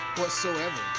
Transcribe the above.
whatsoever